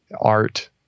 art